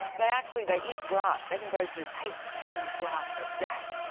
they actually they eat grass. they can go through eight pounds of grass a day.